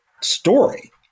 story